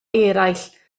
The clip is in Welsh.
eraill